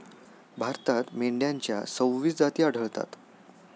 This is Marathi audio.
भारतात मेंढ्यांच्या सव्वीस जाती आढळतात